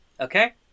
Okay